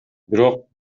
бирок